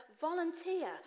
volunteer